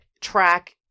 track